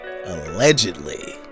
allegedly